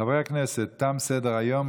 חברי הכנסת, תם סדר-היום.